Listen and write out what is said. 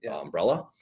umbrella